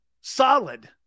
solid